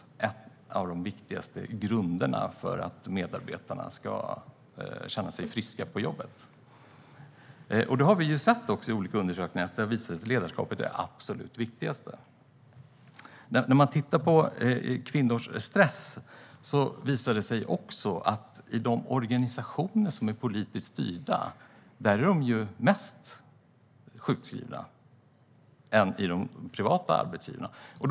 Det är en av de viktigaste grunderna för att medarbetarna ska känna sig friska på jobbet. Vi har i också i olika undersökningar sett att ledarskapet är det absolut viktigaste. När man tittar på kvinnors stress visar det sig också att de organisationer som är politiskt styrda har fler sjukskrivningar än privata arbetsgivare.